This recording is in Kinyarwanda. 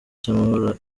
cy’amahoro